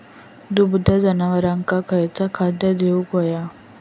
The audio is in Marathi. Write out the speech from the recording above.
दुभत्या जनावरांका खयचा खाद्य देऊक व्हया?